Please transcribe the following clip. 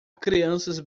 crianças